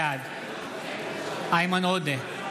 בעד איימן עודה,